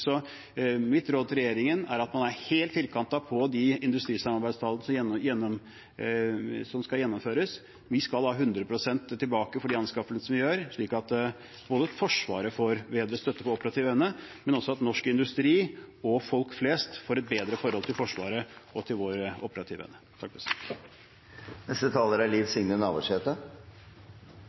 Mitt råd til regjeringen er at man er helt firkantet på de industrisamarbeidsavtalene som skal gjennomføres. Vi skal ha 100 pst. tilbake for de anskaffelsene vi gjør, slik at Forsvaret får bedre støtte på operativ evne og norsk industri, og folk flest får et bedre forhold til Forsvaret og til vår operative evne. Å arbeide for eit samfunn der folket i landet faktisk styrer landet, er